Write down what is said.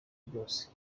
byose